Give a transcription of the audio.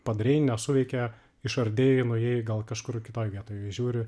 padarei nesuveikė išardei nuėjai gal kažkur kitoj vietoj žiūri